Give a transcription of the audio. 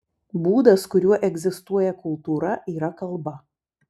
būdas kuriuo egzistuoja kultūra yra kalba